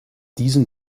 diesen